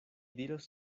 diros